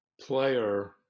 player